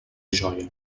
joia